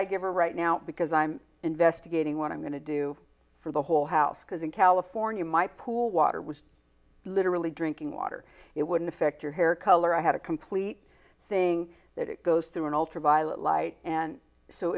i give her right now because i'm investigating what i'm going to do for the whole house because in california my pool water was literally drinking water it wouldn't affect your hair color i had a complete thing that it goes through an ultraviolet light and so